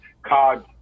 Cog